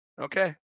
Okay